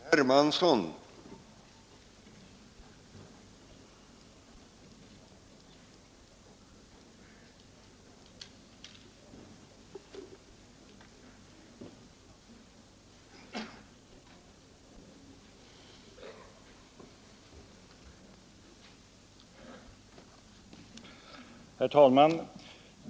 Herr talman!